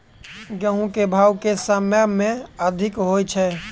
गेंहूँ केँ भाउ केँ समय मे अधिक होइ छै?